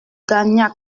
gagnac